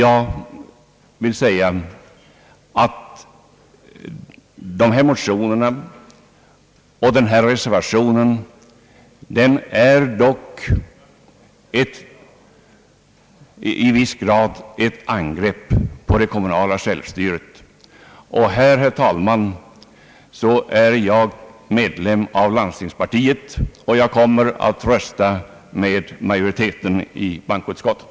Dessa motioner och denna reservation innebär dock i viss mån ett angrepp mot den kommunala självstyrelsen. I detta avseende betraktar jag mig, herr talman, som medlem i landstingspartiet, och jag kommer att rösta med majoriteten i bankoutskottet.